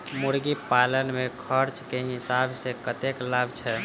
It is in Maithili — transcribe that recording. मुर्गी पालन मे खर्च केँ हिसाब सऽ कतेक लाभ छैय?